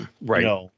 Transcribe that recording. Right